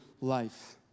life